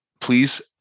Please